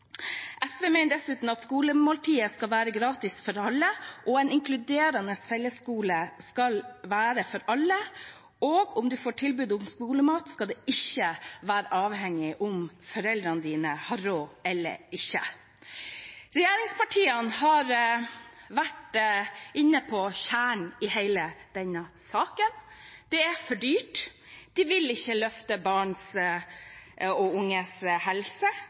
SV mener dessuten at skolemåltidet skal være gratis for alle, og at en inkluderende fellesskole skal være for alle. Om man får tilbud om skolemat, skal det ikke være avhengig av om ens foreldre har råd eller ikke. Regjeringspartiene har vært inne på kjernen i hele denne saken. Det er for dyrt. De vil ikke løfte barn og unges helse,